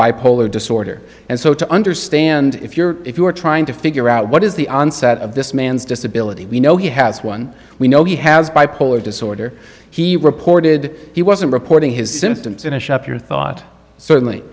bipolar disorder and so to understand if you're if you are trying to figure out what is the onset of this man's disability we know he has one we know he has bipolar disorder he reported he wasn't reporting his symptoms in a shop your thought certainly